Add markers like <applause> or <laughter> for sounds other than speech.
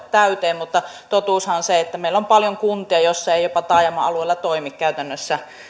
<unintelligible> täyteen mutta totuushan on se että meillä on paljon kuntia joissa eivät edes taajama alueella toimi käytännössä